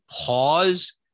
pause